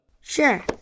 Sure